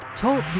Talk